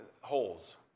holes